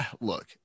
look